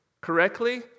correctly